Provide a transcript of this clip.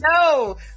No